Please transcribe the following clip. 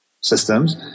systems